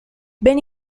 ben